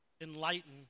enlighten